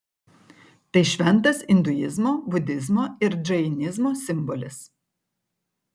tai šventas induizmo budizmo ir džainizmo simbolis